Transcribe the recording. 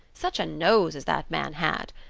such a nose as that man had!